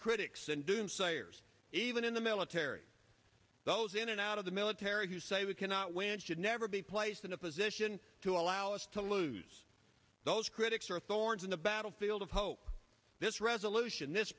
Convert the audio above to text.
critics and doomsayers even in the military those in and out of the military who say we cannot win and should never be placed in a position to allow us to lose those critics records in the battlefield of hope this resolution this